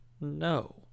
No